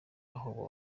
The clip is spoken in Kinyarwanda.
aho